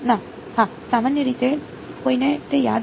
ના હા સામાન્ય રીતે કોઈને તે યાદ નથી